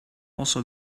also